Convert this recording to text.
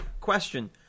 Question